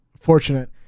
fortunate